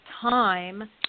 time